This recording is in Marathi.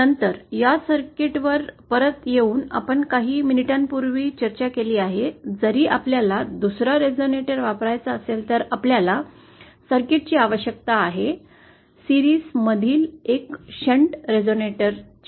नंतर या सर्किटवर परत येऊ आपण काही मिनिटांपूर्वी चर्चा केली आहे जरी आपल्याला दुसरा रेझोनेटर वापरायचा असेल तर् आपल्याला सर्किटचि आवश्यकता आहे शृंखला मधील एक शंट रेझोनिएटर ची